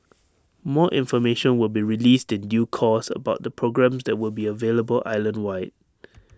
more information will be released in due course about the programmes that will be available island wide